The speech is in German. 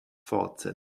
fortsetzt